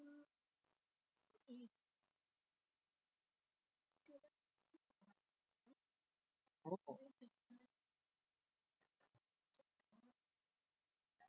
oo